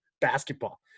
basketball